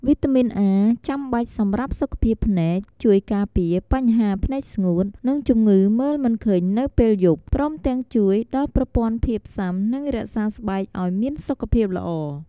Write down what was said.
វីតាមីន A ចាំបាច់សម្រាប់សុខភាពភ្នែក ជួយការពារបញ្ហាភ្នែកស្ងួត និងជំងឺមើលមិនឃើញនៅពេលយប់ ព្រមទាំងជួយដល់ប្រព័ន្ធភាពស៊ាំ និងរក្សាស្បែកឲ្យមានសុខភាពល្អ។